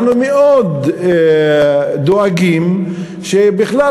אנחנו דואגים מאוד שבכלל,